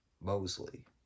Mosley